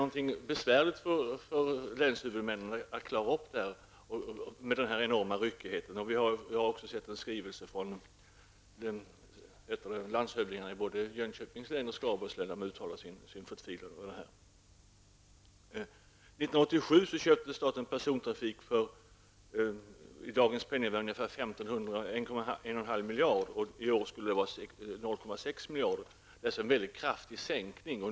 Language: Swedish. Det här är besvärligt för länshuvudmännen att klara upp. Mot bakgrund av den enorma ryckigheten. Vi har också sett en skrivelse från landshövdingarna i Jönköpings och Skaraborgs län som uttalar sin förtvivlan över detta. År 1987 köpte staten persontrafik för 1,5 miljard, i dagens penningvärde. I år rör det sig om 0,6 miljarder. Det är en mycket kraftig sänkning.